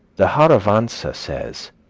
the harivansa says,